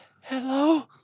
Hello